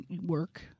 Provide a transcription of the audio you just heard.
work